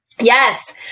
Yes